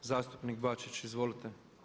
Zastupnik Bačić izvolite.